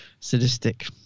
Sadistic